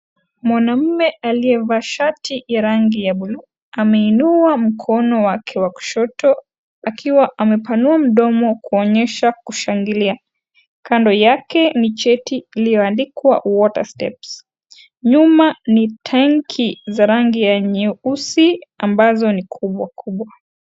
Mwanamume aliyevaa shati la rangi ya buluu ameinua mkono wake wa kushoto akiwa amepanua mdomo kuonyesha kushangilia. Kando yake ni cheti iliyoandikwa water steps . Nyuma ni tenki za rangi ya nyeusi ambazo ni kubwakubwa.